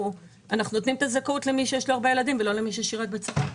אנחנו נותנים את הזכאות למי שיש לו הרבה ילדים ולא למי ששירת בצבא.